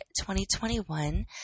2021